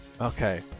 okay